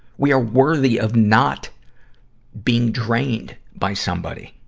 we are worthy of not being drained by somebody.